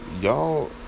y'all